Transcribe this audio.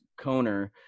Koner